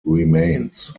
remains